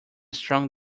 strong